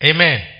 Amen